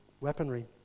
weaponry